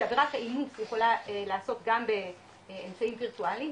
עבירה מאוד רחבה שעבירת האינוס יכולה לעסוק גם בנואשים וירטואליים,